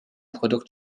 produkt